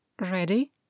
Ready